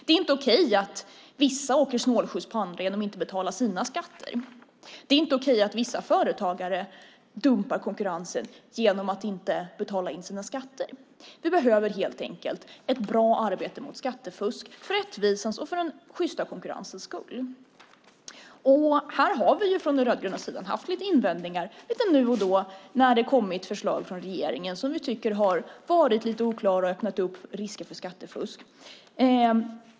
Det är inte okej att vissa åker snålskjuts på andra genom att inte betala sina skatter. Det är inte okej att vissa företagare dumpar konkurrensen genom att inte betala in sina skatter. Vi behöver helt enkelt ett bra arbete mot skattefusk för rättvisans och den sjysta konkurrensens skull. Vi har från den rödgröna sidan haft lite invändningar nu och då när det kommit förslag från regeringen som vi tycker har varit lite oklara och öppnat för skattefusk.